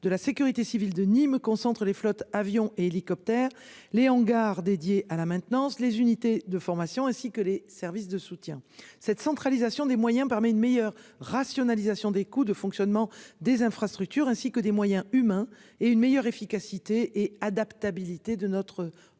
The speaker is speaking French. de la sécurité civile de Nîmes-concentre les flottes avions et hélicoptères Les hangars dédié à la maintenance, les unités de formation ainsi que les services de soutien cette centralisation des moyens permet une meilleure rationalisation des coûts de fonctionnement des infrastructures ainsi que des moyens humains et une meilleure efficacité et adaptabilité de notre organisation,